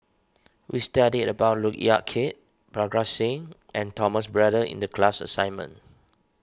we studied about Look Yan Kit Parga Singh and Thomas Braddell in the class assignment